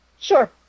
Sure